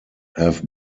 have